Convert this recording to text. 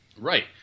Right